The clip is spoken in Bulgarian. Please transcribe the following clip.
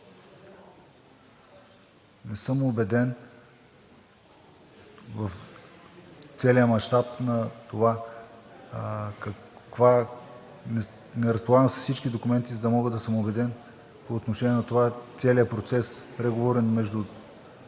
Не съм убеден в целия мащаб на това каква... не разполагам с всички документи, за да мога да съм убеден по отношение на това целият процес, преговорен, между